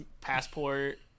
passport